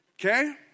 Okay